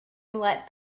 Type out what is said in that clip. let